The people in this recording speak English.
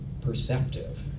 perceptive